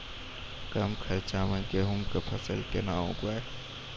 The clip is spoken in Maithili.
कम खर्च मे गेहूँ का फसल कैसे उगाएं?